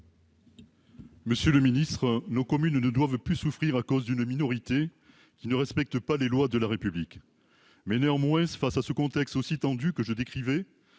Monsieur le ministre, nos communes ne doivent plus souffrir à cause d'une minorité qui ne respecte pas les lois de la République. Néanmoins, face au contexte si tendu que je décrivais,